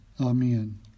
Amen